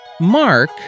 Mark